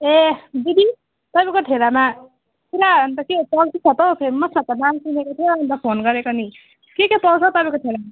ए दिदी तपाईँको ठेलामा पुरा अनि त के हो चल्ती छ त हौ फेमस छ त नाम सुनेको थिएँ अनि त फोन गरेको नि के के पाउँछ हौ तपाईँको ठेलामा